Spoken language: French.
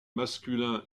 masculin